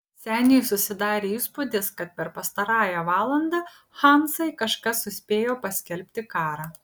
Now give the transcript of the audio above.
seniui susidarė įspūdis kad per pastarąją valandą hanzai kažkas suspėjo paskelbti karą